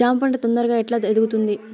జామ పంట తొందరగా ఎట్లా ఎదుగుతుంది?